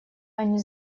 они